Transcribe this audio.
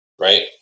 right